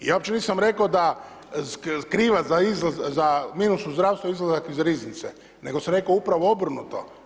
Ja uopće nisam rekao da krivac za minus u zdravstvu izlazak iz riznice, nego sam rekao upravo obrnuto.